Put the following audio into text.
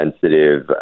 sensitive